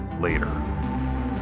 later